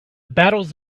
battles